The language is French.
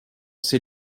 ces